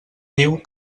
diu